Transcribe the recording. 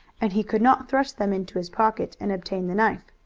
and he could not thrust them into his pocket and obtain the knife.